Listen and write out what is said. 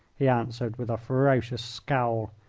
he answered, with a ferocious scowl.